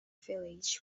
village